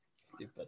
Stupid